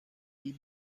mee